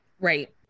Right